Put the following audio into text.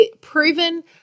proven